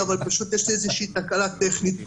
פשוט יש לי איזו תקלה טכנית פה,